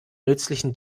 nützlichen